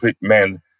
men